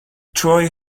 troy